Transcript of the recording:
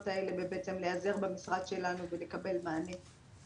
האלה ובעצם להיעזר במשרד שלנו ולקבל מענה.